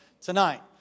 tonight